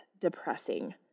depressing